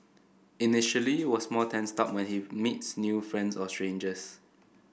initially was more tensed up when he meets new friends or strangers